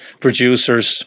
producers